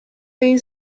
این